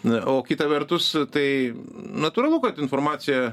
na o kita vertus tai natūralu kad informacija